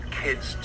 kids